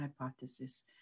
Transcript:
hypothesis